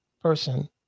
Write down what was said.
person